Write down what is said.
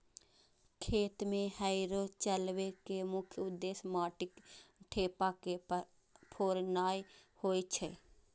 खेत मे हैरो चलबै के मुख्य उद्देश्य माटिक ढेपा के फोड़नाय होइ छै